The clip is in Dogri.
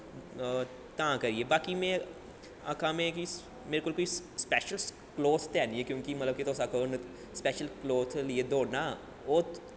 तां करियै बाकी में आक्खां में कि मेरे कोल स्पैशल कलोथ ते हैन नी तुस आक्खो कि स्पैशल कलोथ लेइयै दौड़ना